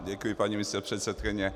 Děkuji, paní místopředsedkyně.